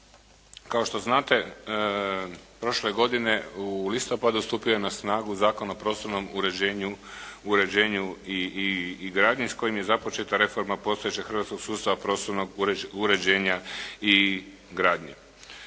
Kao što znate prošle godine u listopadu stupio je na snagu Zakon o prostornom uređenju i gradnji s kojim je započeta reforma postojećeg hrvatskog sustava prostornog uređenja i gradnji.